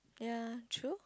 ya true